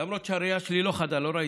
למרות שהראייה שלי לא חדה, לא ראיתי.